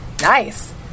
nice